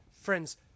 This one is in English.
Friends